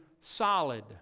solid